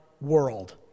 world